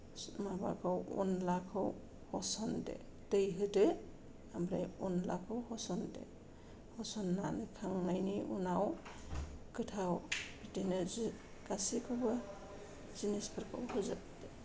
माबाखौ अनलाखौ होस'नदो दै होदो ओमफ्राय अनलाखौ होसनदो होसनखांनायनि उनाव गोथाव बिदिनो गासैखौबो जिनिसफोरखौ होजोबदो